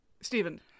Stephen